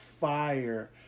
fire